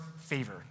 favor